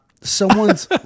Someone's